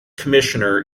commissioner